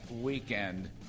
weekend